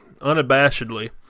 unabashedly